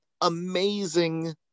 amazing